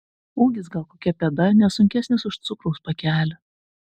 ūgis gal kokia pėda ne sunkesnis už cukraus pakelį